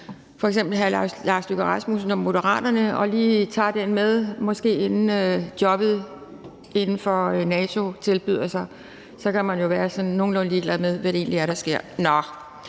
f.eks. udenrigsministeren og Moderaterne og lige tager den med, inden jobbet inden for NATO måske tilbyder sig, for så kan man jo være sådan nogenlunde ligeglade med, hvad der egentlig sker. Nå,